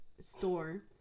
store